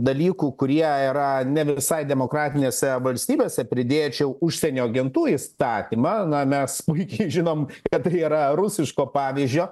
dalykų kurie yra ne visai demokratinėse valstybėse pridėčiau užsienio agentų įstatymą na mes puikiai žinom kad tai yra rusiško pavyzdžio